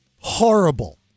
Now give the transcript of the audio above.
horrible